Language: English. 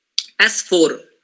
S4